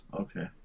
Okay